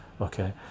okay